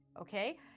Okay